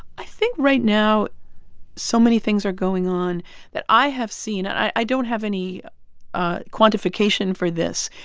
i think right now so many things are going on that i have seen and i i don't have any ah quantification for this.